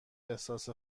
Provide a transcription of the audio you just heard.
احساس